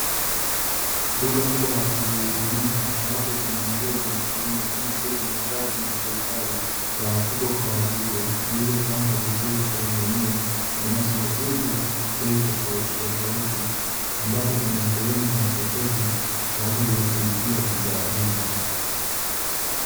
Duka kubwa la kujihudumia ambapo kuna nguo za kiume kama vile mashati na suruali za wakubwa kwa wadogo, zilizopangwa vizuri sehemu hiyo zinazouzwa bei tofautitofauti, ambapo kuna sehemu ya mapokezi kwa ajili ya kulipia bidhaa hizo.